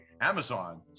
Amazon